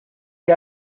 que